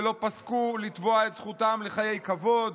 ולא פסקו לתבוע את זכותם לחיי כבוד,